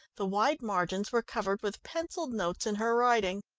the wide margins were covered with pencilled notes in her writing.